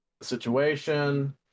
situation